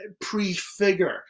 prefigure